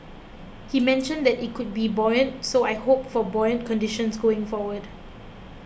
he mentioned that it could be buoyant so I hope for buoyant conditions going forward